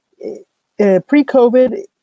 Pre-COVID